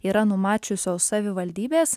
yra numačiusios savivaldybės